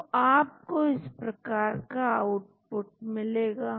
तो आपको इस प्रकार का आउटपुट मिलेगा